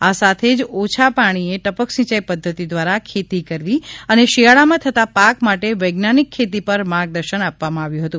આ સાથે જ ઓછા પાણીએ ટપકસિંચાઇ પદ્વતિ દ્વારા ખેતી કરવી અને શિયાળામાં થતા પાક માટે વૈજ્ઞાનિક ખેતી પર માર્ગદર્શન આપવામાં આવ્યુ હતું